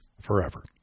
forever